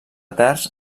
terç